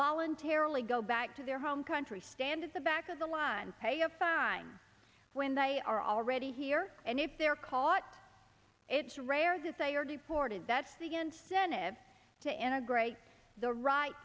voluntarily go back to their home country stand at the back of the line pay a fine when they are already here and if they're caught it's rare that they are deported that's the good senate to integrate the right